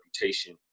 reputation